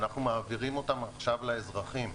אנחנו מעבירים אותה עכשיו לאזרחים.